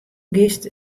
giest